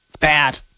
bad